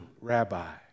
rabbi